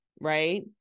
right